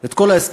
את כל ההסכמים,